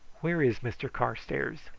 where is mr carstairs?